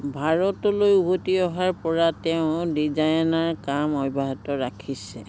ভাৰতলৈ উভতি অহাৰপৰা তেওঁ ডিজাইনাৰ কাম অব্যাহত ৰাখিছে